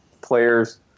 players